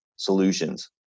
solutions